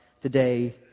today